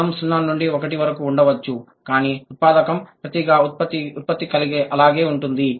ప్రయాణం 0 నుండి 1 వరకు ఉండవచ్చు కానీ ఉత్పాదకం ప్రతిగా ఉత్పత్తి అలాగే ఉంటుంది